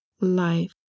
life